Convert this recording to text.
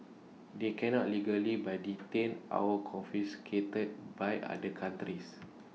they cannot legally by detained our confiscated by other countries